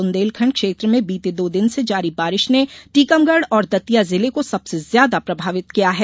बुंदेलखंड क्षेत्र में बीते दो दिन से जारी बारिश ने टीकमगढ और दतिया जिले को सबसे ज्यादा प्रभावित किया है